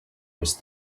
was